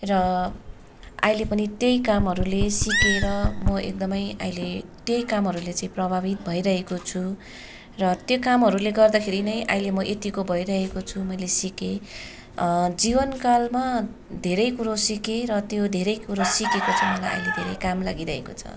र अहिले पनि त्यही कामहरूले सिकेर म एकदमै अहिले त्यही कामहरूले चाहिँ प्रभावित भइरहेको छु र त्यो कामहरूले गर्दाखेरि नै अहिले म यत्तिको भइरहेको छु मैले सिकेँ जीवन कालमा धेरै कुरो सिकेँ र त्यो धेरै कुरो सिकेको चाहिँ मलाई अहिले धेरै काम लागिरहेको छ